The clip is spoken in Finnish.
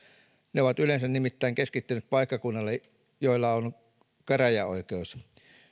ne ovat yleensä nimittäin keskittyneet paikkakunnille joilla on käräjäoikeus